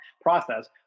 process